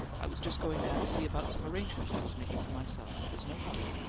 i was just going down to see about some arrangements i was making for myself. there's no hurry.